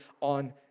on